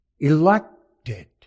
Elected